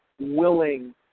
willing